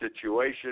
situation